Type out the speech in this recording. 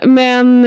men